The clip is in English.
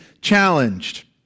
challenged